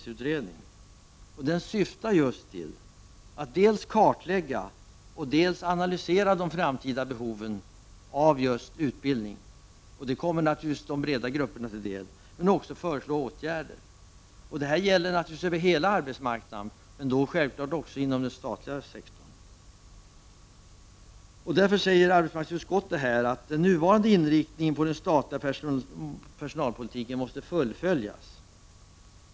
Den utredningen syftar till att dels kartlägga, dels analysera de framtida behoven av just utbildning och föreslå åtgärder. Detta kommer naturligtvis de breda grupperna till del, och det gäller över hela arbetsmarknaden och sjävfallet inom den statliga sektorn. Arbetsmarknadsutskottet hävdar här att den nuvarande inriktningen på den statliga personalpolitiken måste fullföljas.